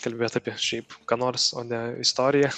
kalbėt apie šiaip ką nors o ne istoriją